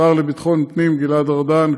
השר לביטחון הפנים גלעד ארדן,